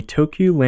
Tokyo